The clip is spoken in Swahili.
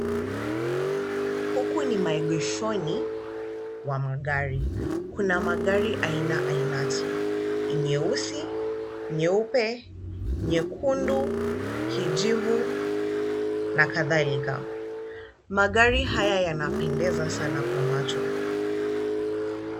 Huku ni maegeshoni wa magari. Kuna magari aina ainati; nyeusi, nyeupe, nyekundu, kijivu na kadhalika. Magari haya yanapendeza sana kwa macho.